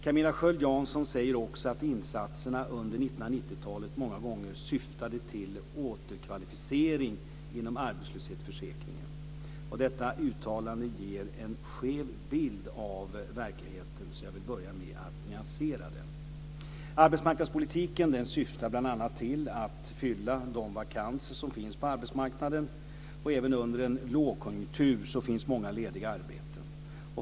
Camilla Sköld Jansson säger också att insatserna under 1990-talet många gånger syftade till återkvalificering inom arbetslöshetsförsäkringen. Detta uttalande ger en skev bild av verkligheten, så jag vill börja med att nyansera den. Arbetsmarknadspolitiken syftar bl.a. till att fylla de vakanser som finns på arbetsmarknaden. Även under en lågkonjunktur finns många lediga arbeten.